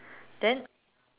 then